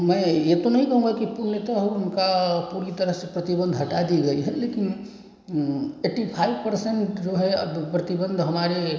मैं ये तो नहीं कहूँगा कि पूर्णतः उनका पूरी तरह से प्रतिबंध हटा दी गई है लेकिन एट्टी फाइव परसेंट जो है अब प्रतिबंध हमारे